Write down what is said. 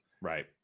Right